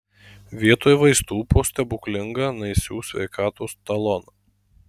vietoj vaistų po stebuklingą naisių sveikatos taloną